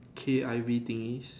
K_I_V thingy